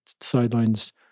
sidelines